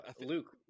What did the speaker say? luke